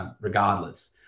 Regardless